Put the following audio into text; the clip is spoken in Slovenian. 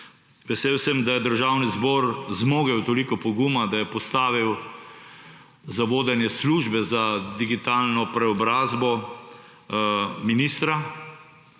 vesel sem, da je Državni zbor zmogel tolik poguma, da je postavil za vodenje Službe za digitalno preobrazbo ministra,